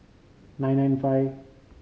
nine nine five